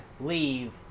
leave